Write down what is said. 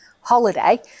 holiday